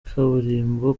kaburimbo